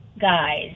guys